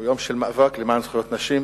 הוא יום של מאבק למען זכויות נשים.